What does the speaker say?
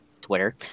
Twitter